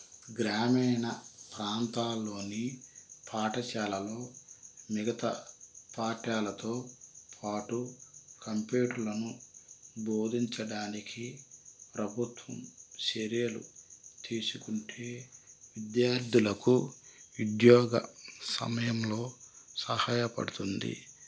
గ్రామీణ ప్రాంతాల్లోని పాఠశాలలో మిగతా పాఠ్యాలతో పాటు కంప్యూటర్లను బోధించడానికి ప్రభుత్వం చర్యలు తీసుకుంటే విద్యార్థులకు ఉద్యోగ సమయంలో సహాయపడుతుంది